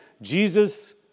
Jesus